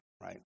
right